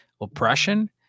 oppression